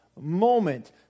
moment